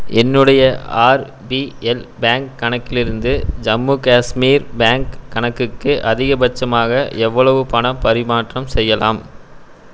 என்னுடைய RBL bank கணக்கிலிருந்து Jammu Kashmir bank கணக்குக்கு அதிகபட்சமாக எவ்வளவு பணப் பரிமாற்றம் செய்யலாம்